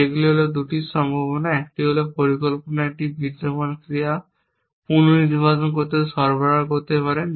সেগুলি হল 2টি সম্ভাবনা একটি হল পরিকল্পনার একটি বিদ্যমান ক্রিয়া পূর্বনির্ধারণ সরবরাহ করতে পারে